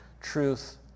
truth